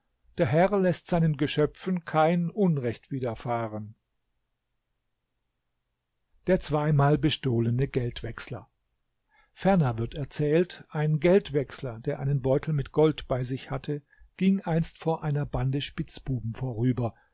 der herr läßt seinen geschöpfen kein unrecht widerfahren der zweimal bestohlene geldwechsler ferner wird erzählt ein geldwechsler der einen beutel mit gold bei sich hatte ging einst vor einer bande spitzbuben vorüber